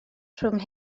rhwng